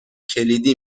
کلیدی